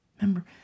remember